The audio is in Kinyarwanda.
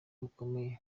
rukomeye